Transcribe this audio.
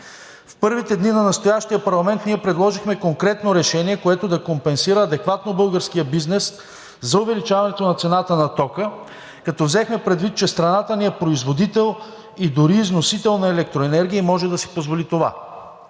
В първите дни на настоящия парламент ние предложихме конкретно решение, което да компенсира адекватно българския бизнес за увеличаването на цената на тока, като взехме предвид, че страната ни е производител и дори износител на електроенергия и може да си позволи това.